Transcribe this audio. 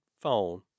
phone